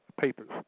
papers